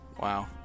Wow